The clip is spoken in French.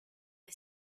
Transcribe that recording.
est